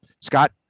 Scott